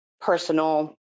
personal